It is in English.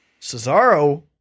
Cesaro